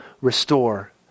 restore